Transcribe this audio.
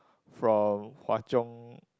from Hwa-Chong